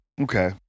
Okay